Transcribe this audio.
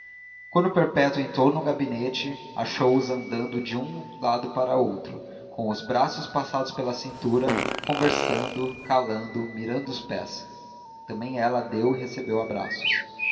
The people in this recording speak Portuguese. quando perpétua entrou no gabinete achou-os andando de um lado para outro com os braços passados pela cintura conversando calando mirando os pés também ela deu e recebeu abraços